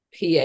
PA